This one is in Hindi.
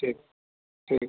ठीक ठीक